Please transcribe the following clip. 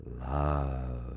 Love